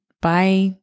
Bye